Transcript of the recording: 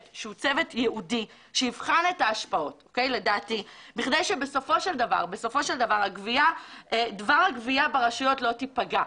ייעודי שיבחן את ההשפעות בכדי שבסופו של דבר הגבייה ברשויות לא תיפגע.